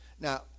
Now